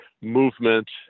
movement